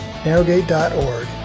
narrowgate.org